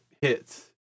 hits